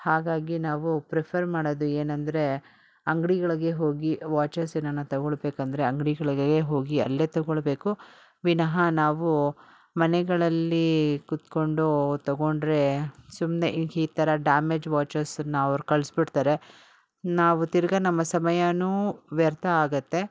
ಹಾಗಾಗಿ ನಾವು ಪ್ರಿಫರ್ ಮಾಡೋದು ಏನಂದರೆ ಅಂಗಡಿಗಳಿಗೆ ಹೋಗಿ ವಾಚಸ್ ಏನನ ತೊಗೊಳ್ಬೇಕಂದರೆ ಅಂಗಡಿಗಳಿಗೇ ಹೋಗಿ ಅಲ್ಲೇ ತೊಗೊಳ್ಬೇಕು ವಿನಹ ನಾವು ಮನೆಗಳಲ್ಲಿ ಕೂತ್ಕೊಂಡು ತೊಗೊಂಡರೆ ಸುಮ್ಮನೆ ಈ ಥರ ಡ್ಯಾಮೇಜ್ ವಾಚಸನ್ನು ಅವ್ರು ಕಳಿಸ್ಬಿಡ್ತರೆ ನಾವು ತಿರ್ಗ ನಮ್ಮ ಸಮಯನೂ ವ್ಯರ್ಥ ಆಗುತ್ತೆ